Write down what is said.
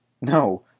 No